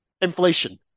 Inflation